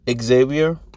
Xavier